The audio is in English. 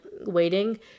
waiting